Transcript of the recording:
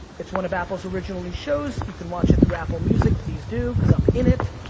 it's one of apple's original new shows, you can watch it through apple music, please do, cause i'm in it,